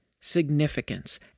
significance